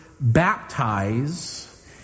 baptize